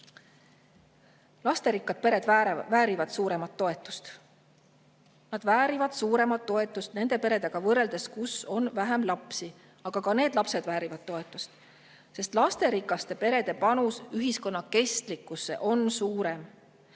Lasterikkad pered väärivad suuremat toetust. Nad väärivad suuremat toetust nende peredega võrreldes, kus on vähem lapsi. Ka need lapsed väärivad toetust, aga lasterikaste perede panus ühiskonna kestlikkusesse on suurem.